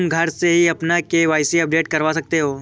तुम घर से ही अपना के.वाई.सी अपडेट करवा सकते हो